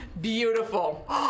Beautiful